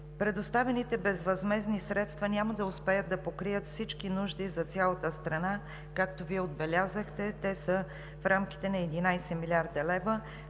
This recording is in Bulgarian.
Предоставените безвъзмездни средства няма да успеят да покрият всички нужди за цялата страна. Както Вие отбелязахте, те са в рамките на 11 млрд. лв.